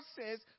says